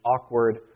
awkward